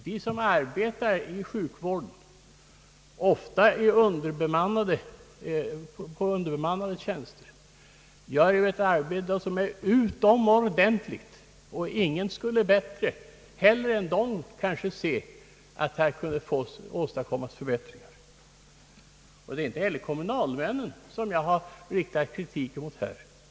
De som arbetar i sjukvården — ofta på underbemannade tjänster — gör ett arbete som är utomordentligt, och ingen skulle kanske hellre än de se att här kunde åstadkommas = personalförstärkningar. Det är inte heller mot kommunalmännen som jag har riktat kritik.